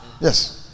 Yes